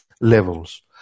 levels